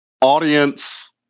audience